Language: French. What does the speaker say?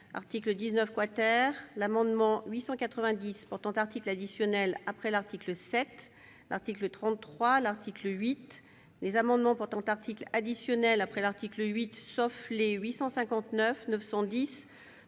l'article 19 ; l'amendement n° I-890 portant article additionnel après l'article 7 ; l'article 33 ; l'article 8 ; les amendements portant article additionnel après l'article 8, sauf les